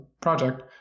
project